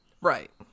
Right